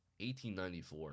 1894